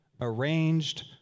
arranged